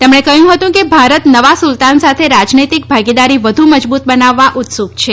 તેમણે કહ્યું હતું કે ભારત નવા સુલતાન સાથે રાજનૈતિક ભાગીદારી વધુ મજબૂત બનાવવા ઉત્સુક છે